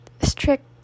strict